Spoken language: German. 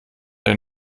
der